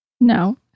No